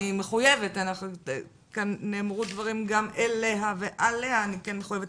שנאמרו דברים אליה ועליה ואני מחויבת